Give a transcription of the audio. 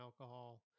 alcohol